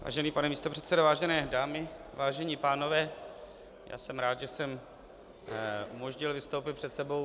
Vážený pane místopředsedo, vážené dámy, vážení pánové, já jsem rád, že jsem umožnil vystoupit před sebou